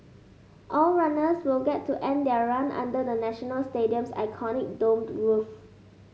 all runners will get to end their run under the National Stadium's iconic domed roof